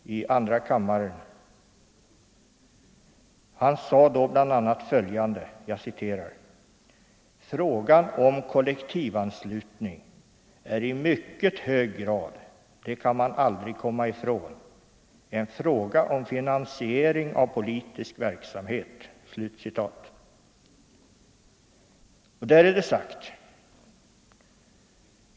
Han sade då bl.a. följande: ”Frågan om kollektivanslutning är i mycket hög grad — det kan man aldrig komma ifrån — en fråga om finansiering av politisk verksamhet.” Där är det sagt.